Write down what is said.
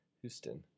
Houston